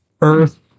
Earth